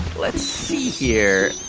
let's see here.